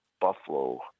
Buffalo